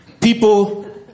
People